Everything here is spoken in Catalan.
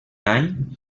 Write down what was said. any